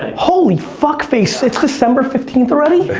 holy fuckface, it's december fifteenth already?